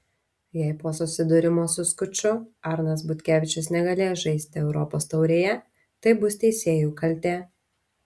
jei po susidūrimo su skuču arnas butkevičius negalės žaisti europos taurėje tai bus teisėjų kaltė